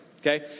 Okay